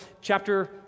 chapter